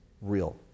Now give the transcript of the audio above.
real